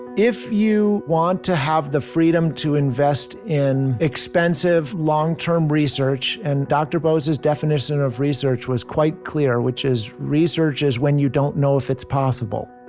if you want to have the freedom to invest in expensive long term research, and dr. bose's definition of research was quite clear, which is research is when you don't know if it's possible.